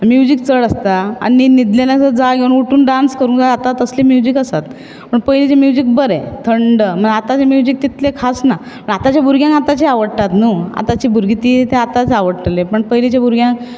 music चड आसता आनी न्हीद न्हिदले नासत जाग योवन उठून डान्स करू जाय आतात असले म्यूजिक आसात पुण पयलीची म्यूजिक बरे थंड आताचें म्यूजिक तितलें खास ना आताच्या भुरग्यांक आताचें आवडटां न्हु आताचीं भुरगीं ती आताचे आवडटलें पुूण पयलीचे भुरग्यांक